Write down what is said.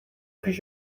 پیش